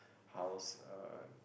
house uh